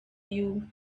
you